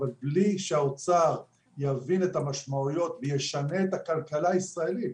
אבל בלי שהאוצר יבין את המשמעויות וישנה את הכלכלה הישראלית,